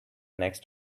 next